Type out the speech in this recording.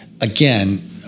again